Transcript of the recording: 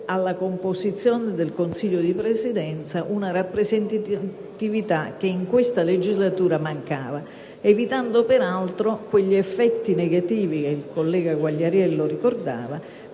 alla composizione del Consiglio di Presidenza una rappresentatività che in questa legislatura mancava, evitando peraltro quegli effetti negativi che il collega Quagliariello ricordava,